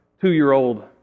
two-year-old